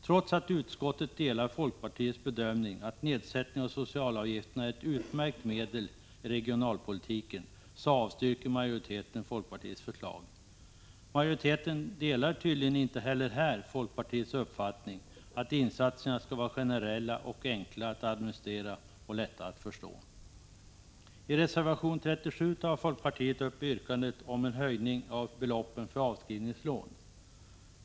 Trots att utskottet delar folkpartiets bedömning att nedsättning av socialavgifter är ett utmärkt medel i regionalpolitiken så avstyrker majoriteten folkpartiets förslag. Majoriteten delar tydligen inte heller här folkpartiets uppfattning att insatserna skall vara generella och enkla att administrera och lätta att förstå. I reservation 37 tar folkpartiet upp yrkandet om en höjning av beloppet för avskrivningslån.